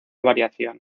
variación